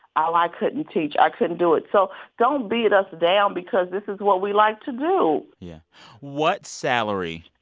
oh, i couldn't teach. i couldn't do it. so don't beat us down because this is what we like to do yeah what salary,